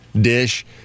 dish